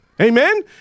Amen